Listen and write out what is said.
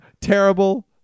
terrible